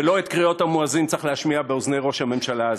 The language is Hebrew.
שלא את קריאות המואזין צריך להשמיע באוזני ראש הממשלה הזה,